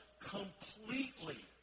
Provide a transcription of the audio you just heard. completely